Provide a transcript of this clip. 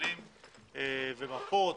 ותמלולים ומפות,